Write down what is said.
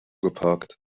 geparkt